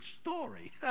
story